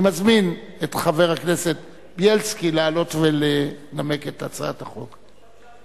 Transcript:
אני מזמין את חבר הכנסת בילסקי לעלות ולנמק את הצעת החוק.